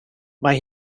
mae